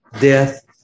death